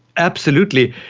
absolutely,